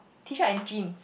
t-shirt and jeans